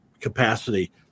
capacity